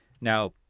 Now